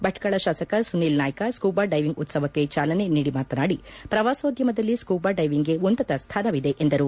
ಭಟ್ಕಳ ಶಾಸಕ Sunil Naik scuba diving ಉತ್ಸವಕ್ಕೆ ಚಾಲನೆ ನೀಡಿ ಮಾತನಾಡಿ ಪ್ರವಾಸೋದ್ಯಮದಲ್ಲಿ ಸ್ಕೂಬಾ ಡೈವಿಂಗ್ಗೆ ಉನ್ನತ ಸ್ಥಾನವಿದೆ ಎಂದರು